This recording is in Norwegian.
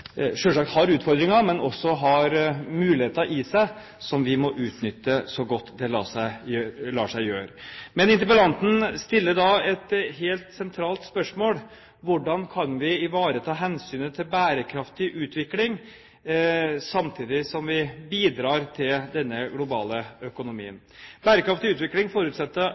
har selvsagt utfordringer, men det har også muligheter i seg som vi må utnytte så godt det lar seg gjøre. Interpellanten stiller et helt sentralt spørsmål: Hvordan kan vi ivareta hensynet til bærekraftig utvikling, samtidig som vi bidrar til denne globale økonomien? Bærekraftig utvikling forutsetter